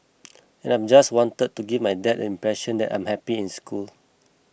and I just wanted to give my dad impression that I'm happy in school